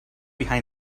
behind